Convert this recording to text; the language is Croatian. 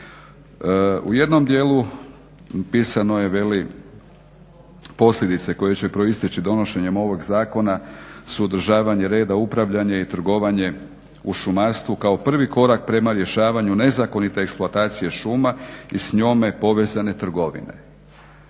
U jednom dijelu pisano je veli posljedice koje će proisteći, donošenjem ovog zakona su održavanje reda, upravljanje i trgovanje u šumarstvu kao prvi korak prema rješavanju nezakonite eksploatacije šuma i s njome povezane trgovine.